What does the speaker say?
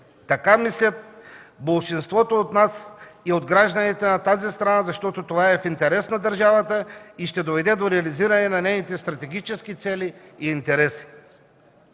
така мислят болшинството от нас и от гражданите на тази страна, защото това е в интерес на държавата и ще доведе до реализиране на нейните стратегически цели и интереси.